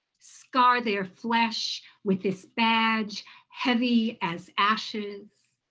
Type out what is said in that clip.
scar their flesh with this badge heavy as ashes.